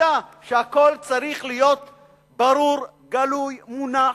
שהכול צריך להיות ברור, גלוי, מונח,